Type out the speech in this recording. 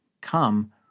come